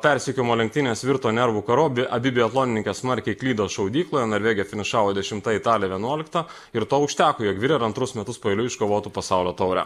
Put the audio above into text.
persekiojimo lenktynės virto nervų karu abi biatlonininkės smarkiai klydo šaudykloje norvegė finišavo dešimta italė vienuolika ir to užteko jog virer antrus metus paeiliui iškovotų pasaulio taurę